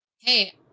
Hey